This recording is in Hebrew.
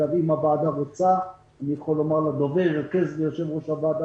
אם הוועדה רוצה אני יכול לומר לדובר לרכז ליושב-ראש הוועדה